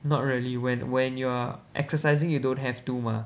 not really when when you're exercising you don't have to mah